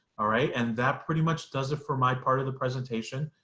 all right and that pretty much does it for my part of the presentation,